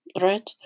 right